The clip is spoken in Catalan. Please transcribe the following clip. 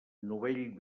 novell